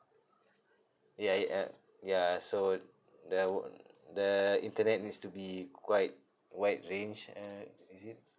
ya ya uh ya so would there would the internet needs to be quite wide ranged uh is it